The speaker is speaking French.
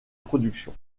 production